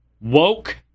woke